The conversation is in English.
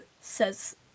says